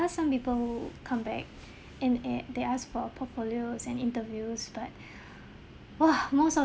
some people who come back and eh they asked for portfolios and interviews but !wah! most of